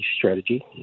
strategy